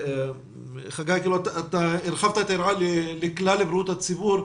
חגי, הרחבת את היריעה לכלל בריאות הציבור.